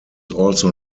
also